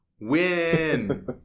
Win